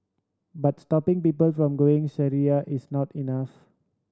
but stopping people from going Syria is not enough